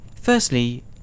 Firstly